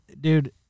dude